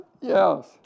yes